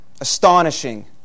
astonishing